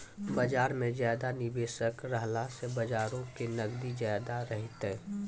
बजार मे ज्यादा निबेशक रहला से बजारो के नगदी ज्यादा रहतै